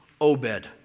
Obed